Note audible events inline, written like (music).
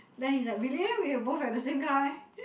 then he's like really eh we have both like the same car meh (laughs)